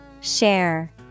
Share